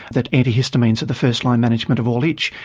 that antihistamines are the first-line management of all itch.